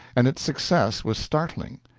and its success was startling.